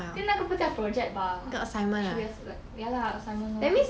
then 那个不叫 project bah should be ass ya lah assignment lor